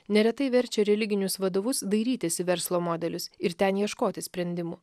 neretai verčia religinius vadovus dairytis į verslo modelius ir ten ieškoti sprendimų